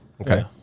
Okay